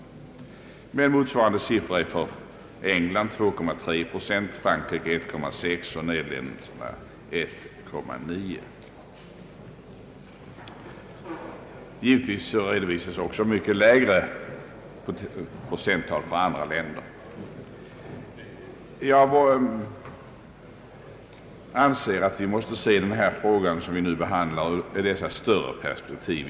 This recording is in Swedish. Motsvarande siffror är för England 2,3 procent, Frankrike 1,6 procent och Nederländerna 1,9 procent. Givetvis redovisas också mycket lägre procenttal för en del andra länder. Vi måste, herr talman, se detta problem i ett större perspektiv.